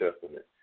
Testament